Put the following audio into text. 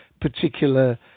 particular